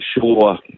sure